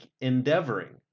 Endeavoring